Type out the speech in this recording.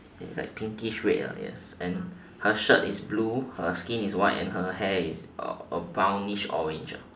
is like pinkish red uh yes and her shirt is blue her skin is white and her hair is a a brownish orange ah